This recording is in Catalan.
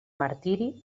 martiri